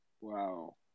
Wow